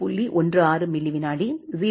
16 milli விநாடி 0